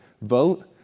vote